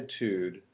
attitude